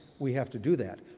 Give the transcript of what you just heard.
we have to do that.